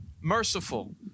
merciful